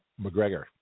McGregor